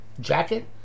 jacket